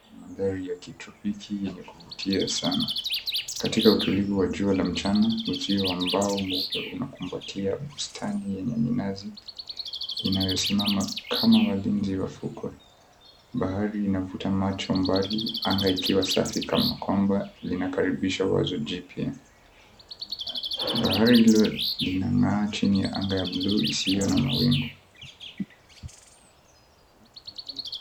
Madhari ya kitropiki yenye kuvutia sana. Katika utulivu wa jua la mchana uzio wa mbao mweupe unakumbatia bustani lenye minazi inayosomama kama walinzi wa fukwe. Bahari inavuta maji mbali anga likiwa safi kana kwamba linakaribisha wazo jipya. Bahari hilo linang'aa chini ya anga ya buluu isiyo na mawingu.